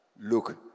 look